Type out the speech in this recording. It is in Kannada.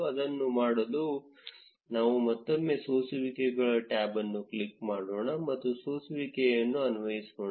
ಅದನ್ನು ಮಾಡಲು ನಾವು ಮತ್ತೊಮ್ಮೆ ಸೋಸುವಿಕೆಗಳ ಟ್ಯಾಬ್ ಅನ್ನು ಕ್ಲಿಕ್ ಮಾಡೋಣ ಮತ್ತು ಸೋಸುವಿಕೆಯನ್ನು ಅನ್ವಯಿಸೋಣ